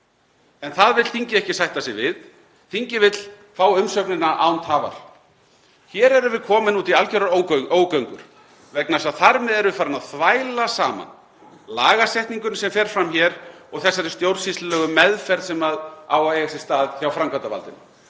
en það vill þingið ekki sætta sig við. Þingið vill fá umsögnina án tafar. Hér erum við komin út í algjörar ógöngur vegna þess að þar með erum við farin að þvæla saman lagasetningunni, sem fer fram hér, og þessari stjórnsýslulegu meðferð sem á að eiga sér stað hjá framkvæmdarvaldinu.